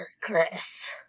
Chris